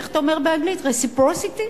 איך אתה אומר באנגלית, reciprocity ?